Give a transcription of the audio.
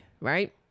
right